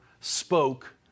spoke